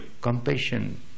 compassion